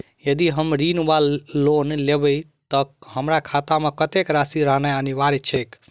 यदि हम ऋण वा लोन लेबै तऽ हमरा खाता मे कत्तेक राशि रहनैय अनिवार्य छैक?